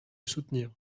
soutenir